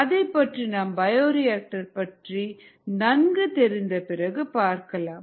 அதைப்பற்றி நாம் பயோரியாக்டர் பற்றி நன்கு தெரிந்த பிறகு பார்க்கலாம்